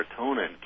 serotonin